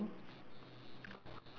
almost like